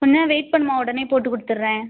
கொஞ்ச நேரம் வெயிட் பண்ணுமா உடனே போட்டுக் கொடுத்துடுறேன்